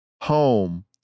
home